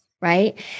right